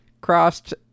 crossed